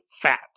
fat